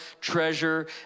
treasure